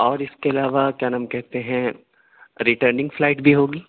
اور اس کے علاوہ کیا نام کہتے ہیں ریٹرننگ فلائٹ بھی ہوگی